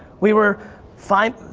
we were fine,